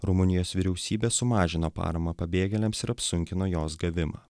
rumunijos vyriausybė sumažino paramą pabėgėliams ir apsunkino jos gavimą